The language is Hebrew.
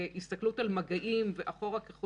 ושלושה או ארבעה ימים אחר כך